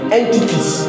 entities